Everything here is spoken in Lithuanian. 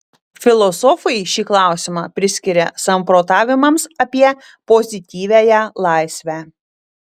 filosofai šį klausimą priskiria samprotavimams apie pozityviąją laisvę